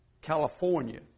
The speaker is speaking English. California